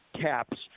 CAPS